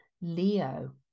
Leo